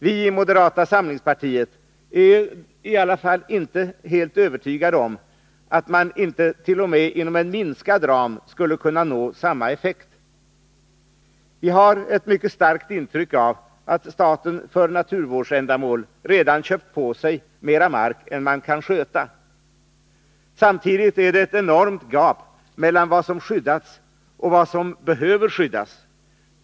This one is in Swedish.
Vi i moderata samlingspartiet är dock inte helt övertygade om att man inte t.o.m. inom en minskad ram skulle kunna nå samma effekt. Vi har ett mycket starkt intryck av att staten för naturvårdsändamål redan har köpt på sig mer mark än man kan sköta. Samtidigt är det ett enormt gap mellan vad som har skyddats och vad som behöver skyddas.